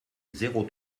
zéro